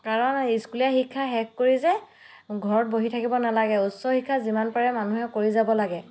কাৰণ স্কুলীয়া শিক্ষা শেষ কৰি যে ঘৰত বহি থাকিব নালাগে উচ্চ শিক্ষা যিমান পাৰে মানুহে কৰি যাব লাগে